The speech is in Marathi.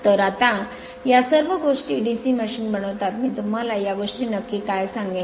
तर आता या सर्व गोष्टी आता DC मशीन बनवतात मी तुम्हाला या गोष्टी नक्की काय सांगेन